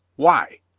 why?